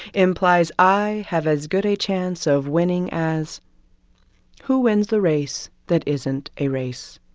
implies i have as good a chance of winning as who wins the race that isn't a race?